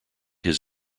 his